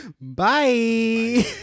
Bye